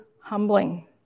humbling